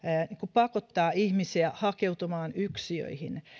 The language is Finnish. pakottaa ihmisiä hakeutumaan yksiöihin